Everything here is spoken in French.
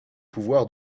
pouvoir